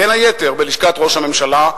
בין היתר בלשכת ראש הממשלה,